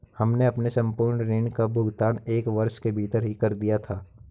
हमने अपने संपूर्ण ऋण का भुगतान एक वर्ष के भीतर ही कर दिया था